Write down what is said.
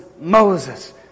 Moses